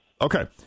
Okay